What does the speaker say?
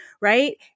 right